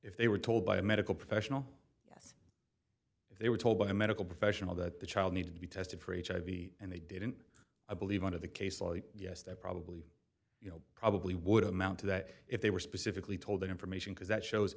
if they were told by a medical professional if they were told by a medical professional that the child needed to be tested for hiv and they didn't i believe one of the case yes there probably are you know probably would amount to that if they were specifically told that information because that shows